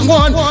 one